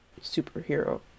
superhero